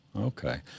Okay